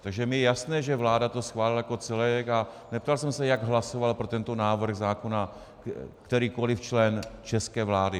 Takže mně je jasné, že vláda to schválila jako celek, a neptal jsem se, jak hlasoval pro tento návrh zákona kterýkoliv člen české vlády.